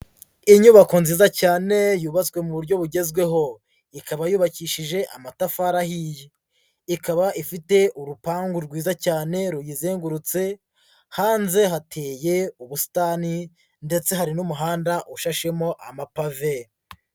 Inyubako nziza cyane yubatswe mu buryo bugezweho, ikaba yubakishije amatafari ahiye, ikaba ifite urupangu rwiza cyane ruyizengurutse, hanze hateye ubusitani ndetse hari n'umuhanda ushashemo amapave.